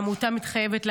העמותה מתחייבת,